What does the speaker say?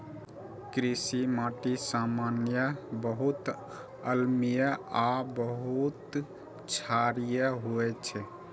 कृषि माटि सामान्यतः बहुत अम्लीय आ बहुत क्षारीय होइ छै